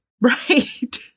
Right